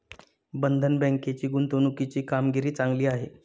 बंधन बँकेची गुंतवणुकीची कामगिरी चांगली आहे